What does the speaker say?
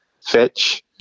Fetch